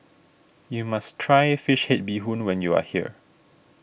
you must try Fish Head Bee Hoon when you are here